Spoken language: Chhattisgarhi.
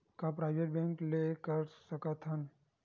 का प्राइवेट बैंक ले कर सकत हन?